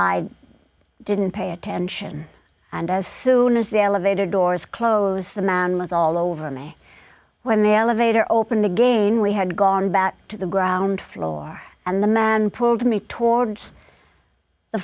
i didn't pay attention and as soon as the elevator doors closed the man was all over me when the elevator opened again we had gone back to the ground floor and the man pulled me towards the